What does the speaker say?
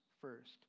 first